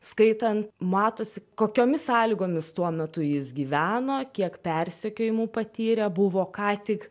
skaitant matosi kokiomis sąlygomis tuo metu jis gyveno kiek persekiojimų patyrė buvo ką tik